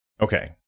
okay